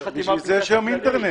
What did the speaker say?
בשביל זה יש היום אינטרנט,